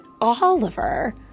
Oliver